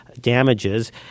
damages